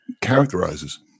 characterizes